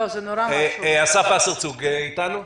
אסף וסרצוג איתנו?